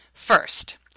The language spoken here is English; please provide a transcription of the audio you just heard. First